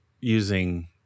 using